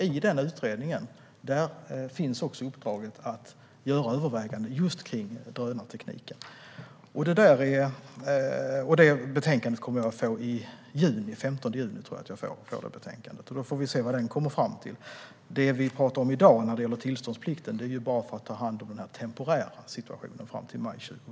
I den utredningen finns också uppdraget att göra överväganden just kring drönartekniken. Det betänkandet kommer jag att få den 15 juni, tror jag, och då får vi se vad utredningen kommit fram till. Det vi talar om i dag när det gäller tillståndsplikten är att ta hand om den temporära situationen fram till maj 2018.